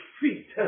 feet